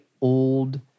old